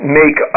make